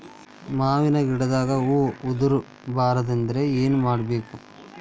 ಮಾವಿನ ಗಿಡದಾಗ ಹೂವು ಉದುರು ಬಾರದಂದ್ರ ಏನು ಮಾಡಬೇಕು?